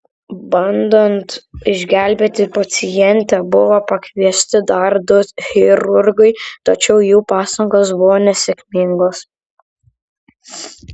bandant išgelbėti pacientę buvo pakviesti dar du chirurgai tačiau jų pastangos buvo nesėkmingos